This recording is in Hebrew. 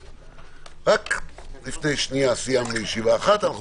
רק לפני שנייה סיימנו ישיבה אחת ואנחנו